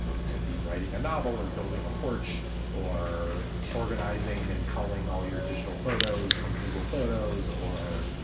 it could be writing a novel or building a porch or organizing and calling all your digital photos from google photos or,